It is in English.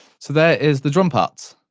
so there is the drum parts,